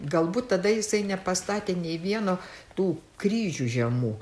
galbūt tada jisai nepastatė nei vieno tų kryžių žemų